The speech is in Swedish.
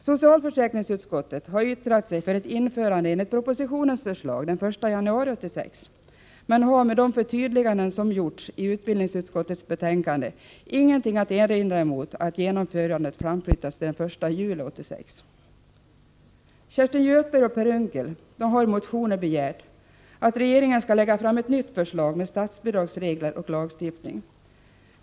Socialförsäkringsutskottet har yttrat sig för ett införande enligt propositionens förslag, den 1 januari 1986, men har med de förtydliganden som gjorts i utbildningsutskottets betänkande ingenting att erinra mot att genomförandet framflyttas till den 1 juli 1986. Kerstin Göthberg och Per Unckel har i motioner begärt att regeringen skall lägga fram ett nytt förslag med statsbidragsregler och lagstiftning.